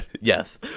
Yes